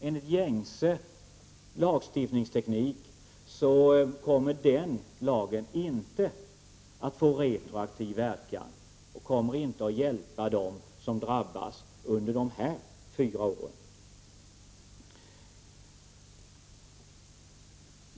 Enligt gängse lagstiftningsteknik kommer den lagen inte att få retroaktiv verkan, och den kommer inte att hjälpa dem som drabbats under de här fyra åren.